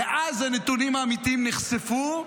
ואז הנתונים האמיתיים נחשפו,